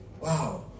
Wow